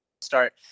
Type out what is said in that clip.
start